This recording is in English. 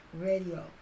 Radio